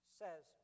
says